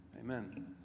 Amen